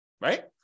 Right